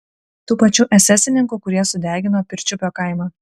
tų pačių esesininkų kurie sudegino pirčiupio kaimą